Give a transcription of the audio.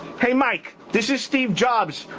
hey mike, this is steve jobs.